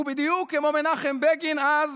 ובדיוק כמו מנחם בגין אז,